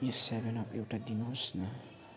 यो seven up एउटा दिनुहोस् न